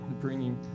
bringing